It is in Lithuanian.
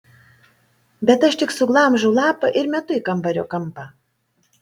bet aš tik suglamžau lapą ir metu į kambario kampą